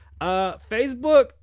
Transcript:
Facebook